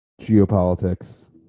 geopolitics